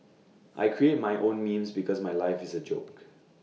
I create my own memes because my life is A joke